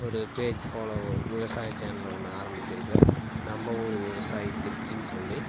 ஒரு page follower விவசாய சேனலை ஒன்று ஆரம்மிச்சிருக்கேன் நம்ம ஊர் விவசாயி திருச்சின்னு சொல்லி